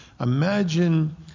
Imagine